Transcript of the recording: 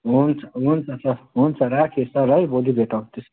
हुन्छ हुन्छ सर हुन्छ राखेँ सर है भोलि भेटौँ त्यसो भए